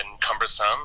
cumbersome